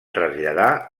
traslladar